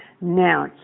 Now